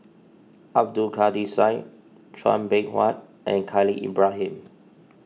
Abdul Kadir Syed Chua Beng Huat and Khalil Ibrahim